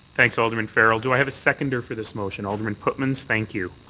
thanks, alderman farrell. do i have a seconder for this motion? alderman pootmans. thank you.